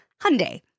Hyundai